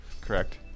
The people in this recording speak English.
Correct